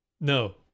No